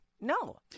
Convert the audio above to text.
No